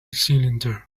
cylinder